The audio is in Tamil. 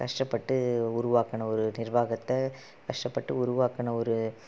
கஷ்டப்பட்டு உருவாக்கின ஒரு நிறுவாகத்தை கஷ்டப்பட்டு உருவாக்கின ஒரு